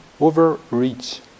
overreach